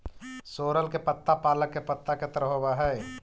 सोरल के पत्ता पालक के पत्ता के तरह होवऽ हई